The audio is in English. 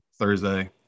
Thursday